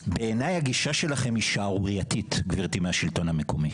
בעיני הגישה שלכם היא שערורייתית גברתי מהשלטון המקומי,